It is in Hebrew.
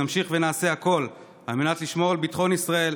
נמשיך ונעשה הכול על מנת לשמור על ביטחון ישראל,